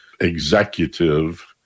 executive